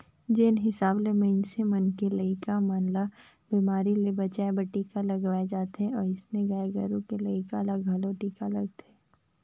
जेन हिसाब ले मनइसे मन के लइका मन ल बेमारी ले बचाय बर टीका लगवाल जाथे ओइसने गाय गोरु के लइका ल घलो टीका लगथे